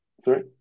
sorry